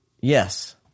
Yes